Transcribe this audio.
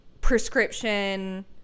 prescription